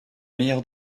meilleur